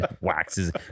Waxes